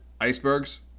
icebergs